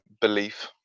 Belief